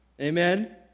Amen